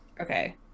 Okay